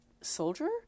soldier